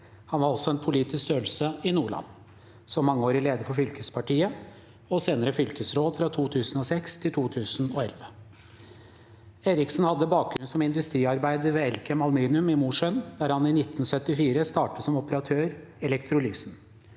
Han var også en politisk størrelse i Nordland som mangeårig leder for fylkespartiet og senere fylkesråd fra 2006 til 2011. Eriksen hadde bakgrunn som industriarbeider ved Elkem Aluminium i Mosjøen, der han i 1974 startet som operatør i elektrolysen.